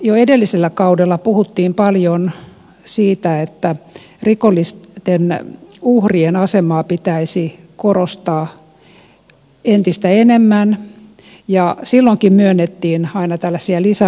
jo edellisellä kaudella puhuttiin paljon siitä että rikollisten uhrien asemaa pitäisi korostaa entistä enemmän ja silloinkin myönnettiin aina tällaisia lisärahoja